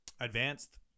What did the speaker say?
Advanced